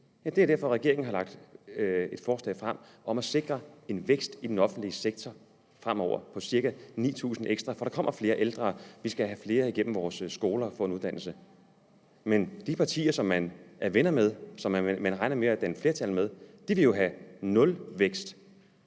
Det er derfor, regeringen har fremsat et forslag om at sikre en vækst i den offentlige sektor fremover på ca. 9.000 ekstra, for der kommer flere ældre. Vi skal have flere igennem vores skoler, så de kan få en uddannelse. Men de partier, som man er venner med, og som man regner med at danne flertal med, vil jo have nulvækst.